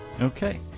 Okay